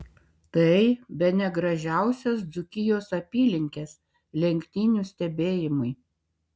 tai bene gražiausios dzūkijos apylinkės lenktynių stebėjimui